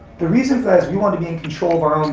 the reason for that is we wanted to be in control of our own